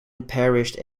unparished